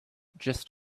just